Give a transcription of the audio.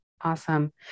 Awesome